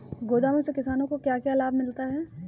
गोदाम से किसानों को क्या क्या लाभ मिलता है?